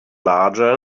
larger